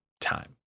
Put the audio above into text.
time